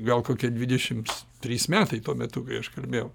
gal kokie dvidešims trys metai tuo metu kai aš kalbėjau